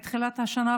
מתחילת השנה,